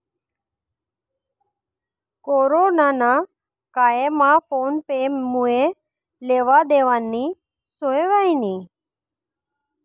corona ना कायमा phone पे मुये लेवा देवानी सोय व्हयनी